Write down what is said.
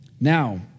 Now